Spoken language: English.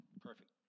Perfect